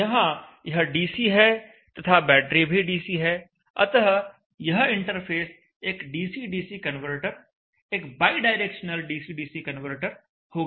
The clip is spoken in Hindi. यहां यह डीसी है तथा बैटरी भी डीसी है अतः यह इंटरफ़ेस एक डीसी डीसी कन्वर्टर एक बायडायरेक्शनल डीसी डीसी कनवर्टर होगा